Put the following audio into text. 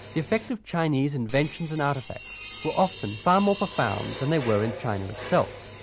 the effects of chinese inventions and artefacts were often far more profound than they were in china itself.